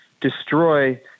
destroy